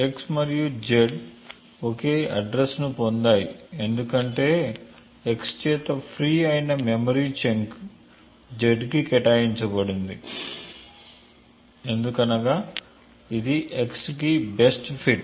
x మరియు z ఒకే address ను పొందాయి ఎందుకంటే x చేత ఫ్రీ అయిన మెమరీ చంక్ z కి కేటాయించబడింది ఎందుకంటే ఇది x కి బెస్ట్ ఫిట్